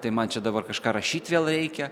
tai man čia dabar kažką rašyt vėl reikia